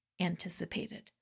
anticipated